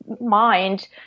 mind